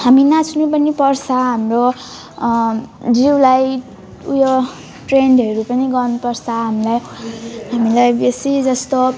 हामी नाच्नु पनि पर्छ हाम्रो जिउलाई उयो ट्रेन्डहरू पनि गर्नु पर्छ हामीलाई हामीलाई बेसी जस्तो